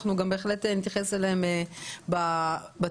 בהחלט נתייחס אליהן בתיקונים.